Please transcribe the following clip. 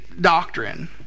doctrine